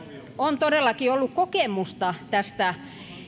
on todellakin ollut kokemusta